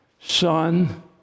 son